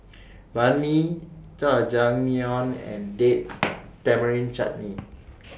Banh MI Jajangmyeon and Date Tamarind Chutney